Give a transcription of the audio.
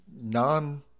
non